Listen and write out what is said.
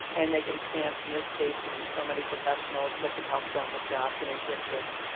and they get a chance in this case to meet so many professionals that can help them with jobs and internships